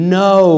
no